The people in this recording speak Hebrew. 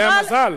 אבל, יש להם מזל.